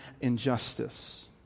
injustice